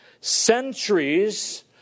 centuries